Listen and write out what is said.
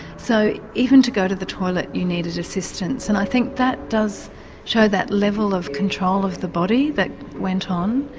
so even to go to the toilet you needed assistance. and i think that does show that level of control of the body that went on.